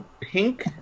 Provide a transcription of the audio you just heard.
Pink